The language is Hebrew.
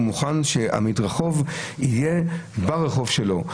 הוא מוכן שהמדרחוב יהיה ברחוב שלו.